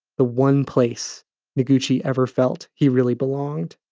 the one place noguchi ever felt he really belonged.